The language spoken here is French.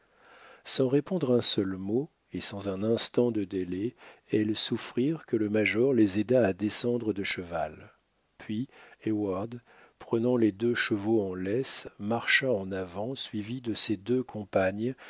sans répondre un seul mot et sans un instant de délai elles souffrirent que le major les aidât à descendre de cheval puis heyward prenant les deux chevaux en laisse marcha en avant suivi de ses deux compagnes